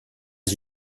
are